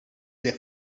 their